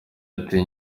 ati